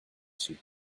sheep